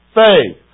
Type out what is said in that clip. faith